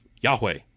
Yahweh